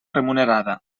remunerada